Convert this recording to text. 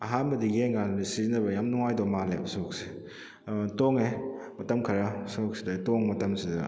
ꯑꯍꯥꯟꯕꯗ ꯌꯦꯡꯕ ꯀꯥꯟꯗ ꯁꯤꯖꯤꯟꯅꯕ ꯌꯥꯝꯅ ꯅꯨꯡꯉꯥꯏꯗꯧ ꯃꯥꯜꯂꯦꯕ ꯁꯣꯛꯁꯦ ꯑꯗꯨꯅ ꯇꯣꯡꯉꯦ ꯃꯇꯝ ꯈꯔ ꯁꯣꯛꯁꯤꯗ ꯇꯣꯡꯕ ꯃꯇꯝꯁꯤꯗ